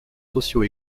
socio